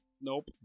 Nope